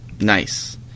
nice